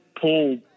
pull